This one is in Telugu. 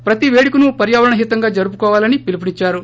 ప్రతి పేడుకను పర్యావరణహితంగా జరుపుకోవాలని పిలుపునిద్చారు